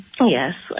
Yes